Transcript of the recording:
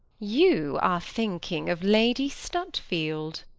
you are thinking of lady stutfield!